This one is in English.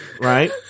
Right